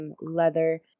leather